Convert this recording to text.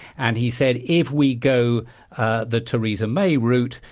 and he said, if we go the theresa may route,